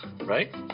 right